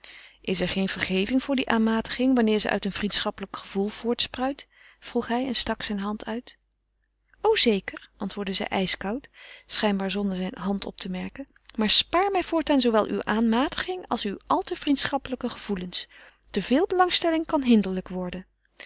is is er geen vergeving voor die aanmatiging wanneer ze uit een vriendschappelijk gevoel voortspruit vroeg hij en stak zijn hand uit o zeker antwoordde zij ijskoud schijnbaar zonder zijn hand op te merken maar spaar mij voortaan zoowel uwe aanmatiging als uwe al te vriendschappelijke gevoelens te veel belangstelling kan hinderlijk worden